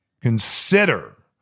consider